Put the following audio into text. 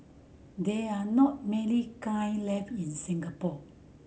there are not many kiln left in Singapore